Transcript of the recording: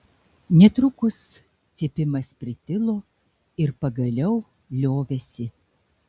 netrukus cypimas pritilo ir pagaliau liovėsi